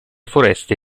foreste